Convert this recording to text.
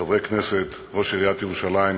חברי כנסת, ראש עיריית ירושלים,